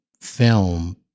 film